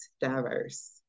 diverse